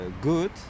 good